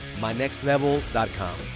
MyNextLevel.com